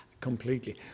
completely